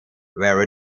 where